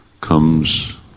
comes